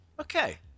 Okay